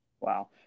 Wow